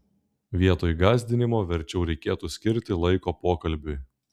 vietoj gąsdinimo verčiau reikėtų skirti laiko pokalbiui